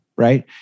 Right